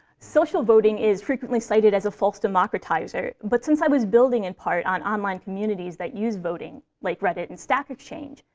social voting is frequently cited as a false democratizer. but since i was building, in part, on online communities that use voting, like reddit and stack exchange,